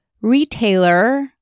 retailer